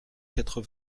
quatre